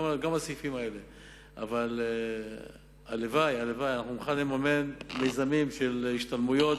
אבל הלוואי שנוכל לממן מיזמים של השתלמויות